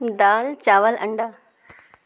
دال چاول انڈا